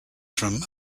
from